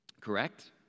correct